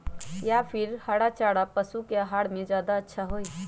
या फिर हरा चारा पशु के आहार में ज्यादा अच्छा होई?